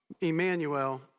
Emmanuel